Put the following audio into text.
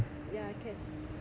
ya can